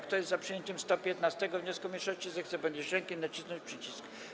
Kto jest za przyjęciem 115. wniosku mniejszości, zechce podnieść rękę i nacisnąć przycisk.